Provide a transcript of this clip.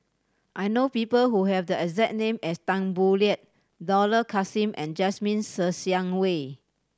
I know people who have the exact name as Tan Boo Liat Dollah Kassim and Jasmine Ser Xiang Wei